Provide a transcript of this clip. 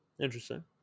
Interesting